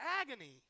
Agony